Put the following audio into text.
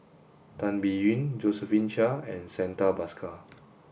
Tan Biyun Josephine Chia and Santha Bhaskar